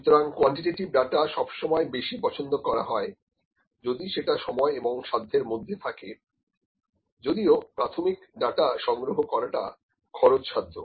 সুতরাং quantitative data সবসময় বেশি পছন্দ করা হয় যদি সেটা সময় এবং সাধ্যের মধ্যে থাকে যদিও প্রাথমিক ডাটা সংগ্রহ করাটা খরচসাধ্য